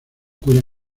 cuya